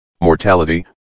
mortality